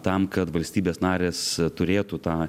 tam kad valstybės narės turėtų tą